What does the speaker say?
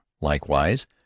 Likewise